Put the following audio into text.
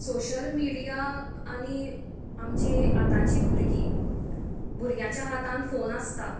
social media आनी आमचीं आताचीं भुरगीं भुरग्यांच्या हातांत फोन आसता